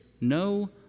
no